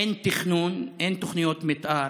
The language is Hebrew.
אין תכנון, אין תוכניות מתאר.